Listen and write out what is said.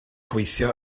gweithio